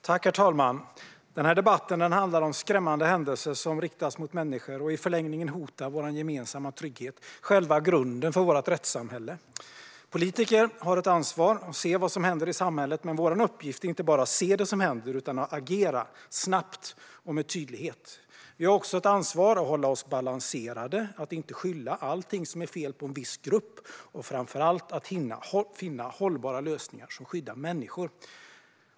Herr talman! Den här debatten handlar om skrämmande händelser som drabbar människor och i förlängningen hotar vår gemensamma trygghet - själva grunden för vårt rättssamhälle. Politiker har ett ansvar att se vad som händer i samhället. Men vår uppgift är inte bara att se det som händer utan även att agera snabbt och med tydlighet. Vi har också ett ansvar att hålla oss balanserade, att inte skylla allt som är fel på en viss grupp och, framför allt, att finna hållbara lösningar som skyddar människor.